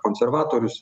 konservatorius ar